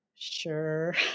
Sure